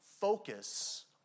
focus